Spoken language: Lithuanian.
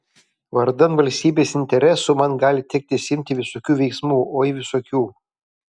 vardan valstybės interesų man gali tekti imtis visokių veiksmų oi visokių